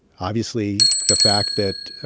obviously the fact that